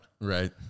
Right